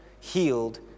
healed